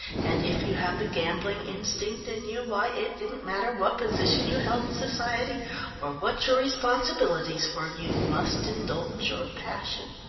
and if you have the gambling instinct in you, why, it didn't matter what position you held in society or what your responsibilities were, you must indulge your passion.